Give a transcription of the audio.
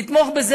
נתמוך בזה.